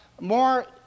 more